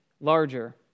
larger